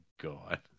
God